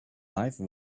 life